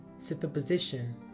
Superposition